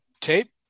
tape